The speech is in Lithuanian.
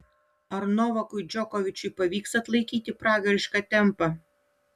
ar novakui džokovičiui pavyks atlaikyti pragarišką tempą